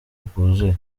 bwuzuye